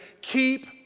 Keep